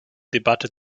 debatte